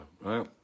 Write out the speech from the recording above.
right